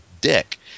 dick